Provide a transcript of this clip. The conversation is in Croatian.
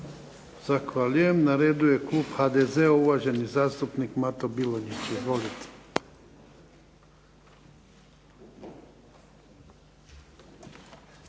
Zahvaljujem. Na redu je klub HDZ-a, uvaženi zastupnik Mato Bilonjić. Izvolite.